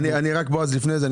רק לפני זה,